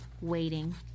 waiting